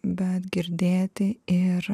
bet girdėti ir